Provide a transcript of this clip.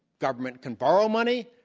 government can borrow money.